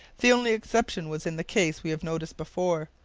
the only exception was in the case we have noticed before,